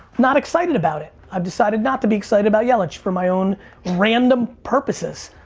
not excited about it. i've decided not to be excited about yelich for my own random purposes.